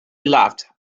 laughed